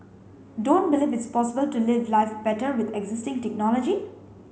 don't believe it's possible to live life better with existing technology